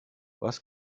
was